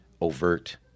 overt